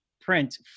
print